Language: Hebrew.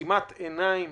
בעצימת עיניים